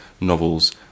novels